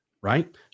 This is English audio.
right